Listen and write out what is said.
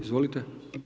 Izvolite.